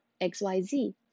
XYZ